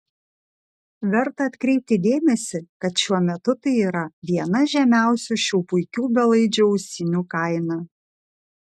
verta atkreipti dėmesį kad šiuo metu tai yra viena žemiausių šių puikių belaidžių ausinių kaina